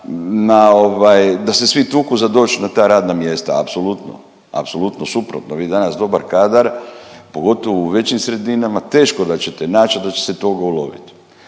da se svi tuku za doć na ta radna mjesta, apsolutno, apsolutno suprotno. Vi danas dobar kadar, pogotovo u većim sredinama, teško da ćete naći, a da će se toga ulovit.